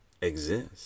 exist